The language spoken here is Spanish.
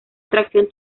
atracción